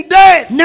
death